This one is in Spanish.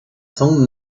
son